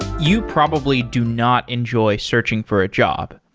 you probably do not enjoy searching for a job.